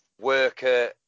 worker